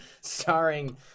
starring